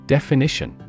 Definition